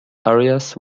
areas